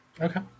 Okay